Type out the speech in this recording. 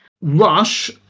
Rush